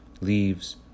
leaves